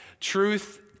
truth